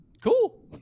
cool